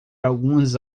algumas